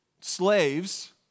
slaves